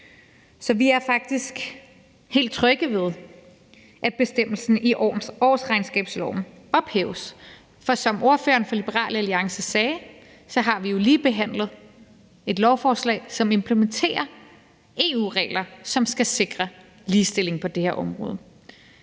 Så vi er faktisk helt trygge ved, at bestemmelsen i årsregnskabsloven ophæves, for vi har jo, som ordføreren for Liberal Alliance sagde, lige behandlet et lovforslag, som implementerer EU-regler, som skal sikre ligestilling på det her område.